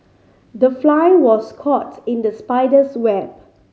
the fly was caught in the spider's web